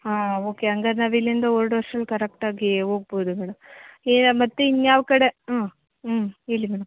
ಹಾಂ ಓಕೆ ಹಂಗಾದ್ರ್ ನಾವು ಇಲ್ಲಿಂದ ಹೊರ್ಡೊ ಅಷ್ಟ್ರಲ್ಲಿ ಕರೆಕ್ಟಾಗಿ ಹೋಗ್ಬೋದು ಮತ್ತು ಇನ್ಯಾವ ಕಡೆ ಹ್ಞೂ ಹ್ಞೂ ಹೇಳಿ ಮೇಡಮ್